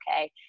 okay